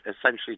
essentially